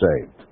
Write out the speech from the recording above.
saved